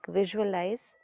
visualize